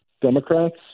Democrats